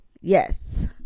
Yes